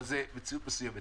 אבל זה מציאות מסוימת.